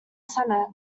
senate